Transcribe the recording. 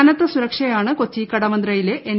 കനത്ത സുരക്ഷയാണ് കൊച്ചി കടവന്ത്രയിലെ എൻ